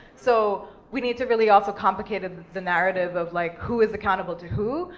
so we need to really also complicate and the narrative of like who is accountable to who,